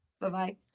Bye-bye